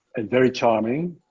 and very charming.